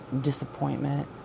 disappointment